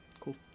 Cool